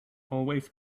always